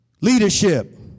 leadership